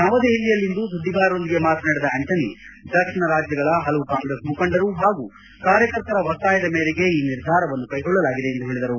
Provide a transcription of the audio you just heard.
ನವದೆಹಲಿಯಲ್ಲಿ ಇಂದು ಸುದ್ದಿಗಾರರೊಂದಿಗೆ ಮಾತನಾಡಿದ ಆಂಟನಿ ದಕ್ಷಿಣ ರಾಜ್ಯಗಳ ಹಲವು ಕಾಂಗ್ರೆಸ್ ಮುಖಂಡರು ಹಾಗೂ ಕಾರ್ಯಕರ್ತರ ಒತ್ತಾಯದ ಮೇರೆಗೆ ಈ ನಿರ್ಧಾರವನ್ನು ಕೈಗೊಳ್ಳಲಾಗಿದೆ ಎಂದು ಹೇಳಿದರು